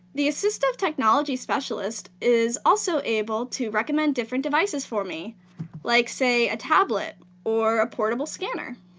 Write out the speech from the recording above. the assistive technology specialist is also able to recommend different devices for me like, say, a tablet or a portable scanner.